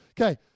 okay